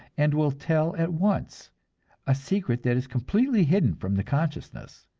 and will tell at once a secret that is completely hidden from the consciousness.